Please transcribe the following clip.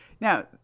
Now